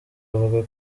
avuga